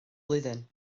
blwyddyn